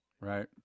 Right